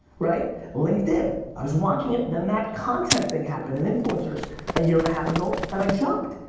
right? linkedin. i was watching it, then that content thing happened and influencers a year and a half ago and i jumped.